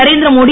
Narendra Modi